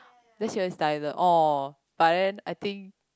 this orh but then I think